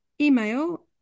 email